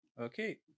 Okay